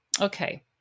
okay